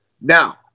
Now